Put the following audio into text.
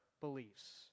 beliefs